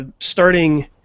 starting